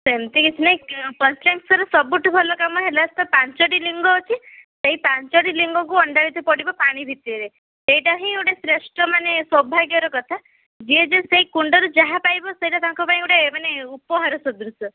ସେମିତି କିଛି ନାହିଁ ପଞ୍ଚ୍ଲିଙ୍ଗେଶ୍ୱର ସବୁଠୁ ଭଲ କାମ ହେଲା ତାର ପାଞ୍ଚଟି ଲିଙ୍ଗ ଅଛି ସେଇ ପାଞ୍ଚଟି ଲିଙ୍ଗକୁ ଅଣ୍ଡାଳିବାକୁ ପଡ଼ିବ ପାଣି ଭିତରେ ସେଇଟା ହିଁ ଶ୍ରେଷ୍ଠ ମାନେ ସୌଭାଗ୍ୟର କଥା ଯିଏ ଯେଉଁ ସେହି କୁଣ୍ଡରୁ ଯାହା ପାଇବ ସେଇଟା ତାଙ୍କ ପାଇଁ ଗୋଟେ ମାନେ ଉପହାର ସଦୃଶ